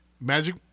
Magic